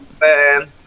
man